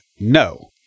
No